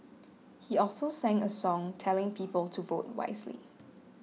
he also sang a song telling people to vote wisely